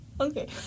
Okay